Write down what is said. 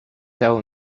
tell